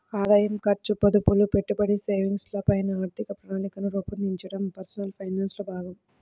ఆదాయం, ఖర్చు, పొదుపులు, పెట్టుబడి, సేవింగ్స్ ల పైన ఆర్థిక ప్రణాళికను రూపొందించడం పర్సనల్ ఫైనాన్స్ లో భాగం